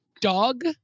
Dog